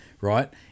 right